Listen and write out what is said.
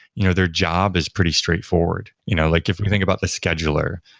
you know their job is pretty straightforward. you know like if we think about the scheduler,